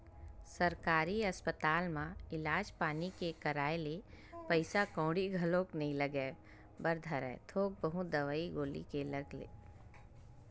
सरकारी अस्पताल म इलाज पानी के कराए ले पइसा कउड़ी घलोक नइ लगे बर धरय थोक बहुत दवई गोली के लग गे ता लग गे